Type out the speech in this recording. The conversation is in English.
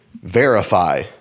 verify